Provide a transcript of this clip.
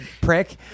prick